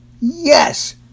Yes